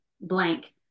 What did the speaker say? blank